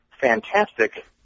fantastic